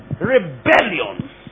rebellion